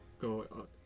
go